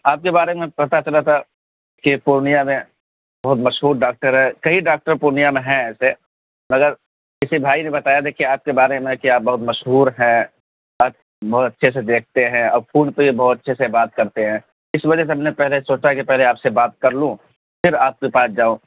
آپ کے بارے میں پتا چلا تھا کہ پورنیہ میں بہت مشہور ڈاکٹر ہے کئی ڈاکٹر پورنیہ میں ہیں ایسے مگر کسی بھائی نے بتایا تھا کہ آپ کے بارے میں کہ آپ بہت مشہور ہیں اور بہت اچھے سے دیکھتے ہیں اور فون پہ بھی بہت اچھے سے بات کرتے ہیں اس وجہ سے ہم نے پہلے سوچا کہ پہلے آپ سے بات کر لوں پھر آپ کے پاس جاؤں